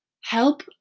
help